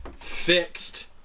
fixed